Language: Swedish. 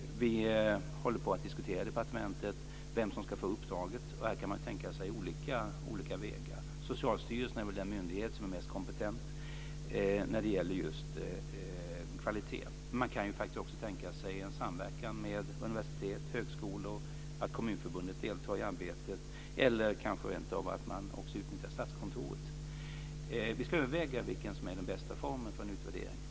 Vi håller på att diskutera i departementet vem som ska få uppdraget. Här kan man tänka sig olika vägar. Socialstyrelsen är väl den myndighet som är mest kompetent när det gäller just kvaliteten. Men man kan faktiskt också tänka sig en samverkan med universitet och högskolor, att Kommunförbundet deltar i arbetet eller kanske rentav att man också utnyttjar Statskontoret. Vi ska överväga vilken som är den bästa formen för en utvärdering.